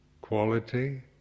quality